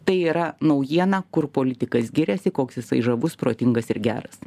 tai yra naujiena kur politikas giriasi koks jisai žavus protingas ir geras